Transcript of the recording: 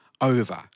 over